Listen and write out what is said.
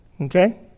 Okay